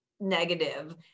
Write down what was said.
negative